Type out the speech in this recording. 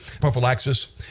prophylaxis